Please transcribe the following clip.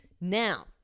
now